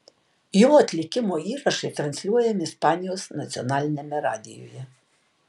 jo atlikimo įrašai transliuojami ispanijos nacionaliniame radijuje